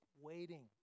waiting